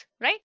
right